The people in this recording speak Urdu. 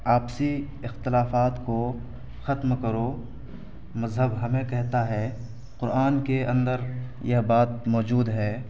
آپسی اختلافات کو ختم کرو مذہب ہمیں کہتا ہے قرآن کے اندر یہ بات موجود ہے